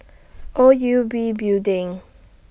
O U B Building